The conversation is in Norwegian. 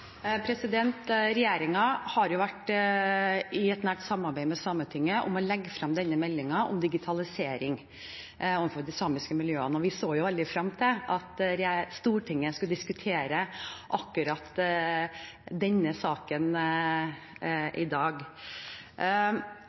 har vært i nært samarbeid med Sametinget om å legge frem denne meldingen om digitalisering overfor de samiske miljøene. Vi så veldig frem til at Stortinget skulle diskutere akkurat denne saken i dag.